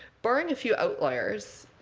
barring a few outliers,